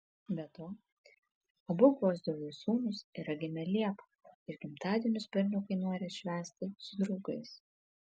be to abu gvozdiovų sūnus yra gimę liepą ir gimtadienius berniukai nori atšvęsti su draugais